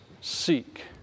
seek